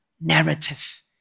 narrative